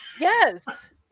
Yes